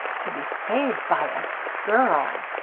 to be saved by a girl!